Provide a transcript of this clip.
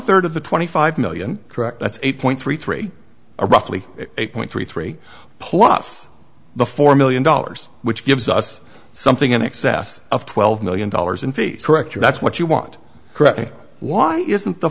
third of the twenty five million correct that's eight point three three or roughly eight point three three plus the four million dollars which gives us something in excess of twelve million dollars in fees correct or that's what you want correct me why isn't the